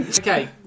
Okay